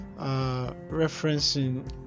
referencing